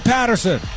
Patterson